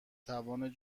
توان